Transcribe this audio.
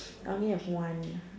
I only have one